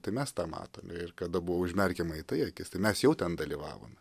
tai mes tą matome ir kada buvo užmerkiama į tai akis tai mes jau ten dalyvavom